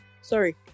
sorry